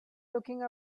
looking